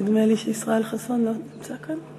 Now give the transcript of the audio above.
נדמה לי שגם ישראל חסון, האם הוא נמצא כאן?